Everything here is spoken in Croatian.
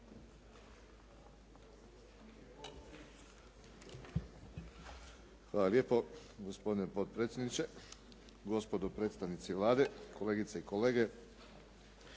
Hvala lijepo. Gospodine potpredsjedniče, gospodo predstavnici Vlade, kolegice i kolege.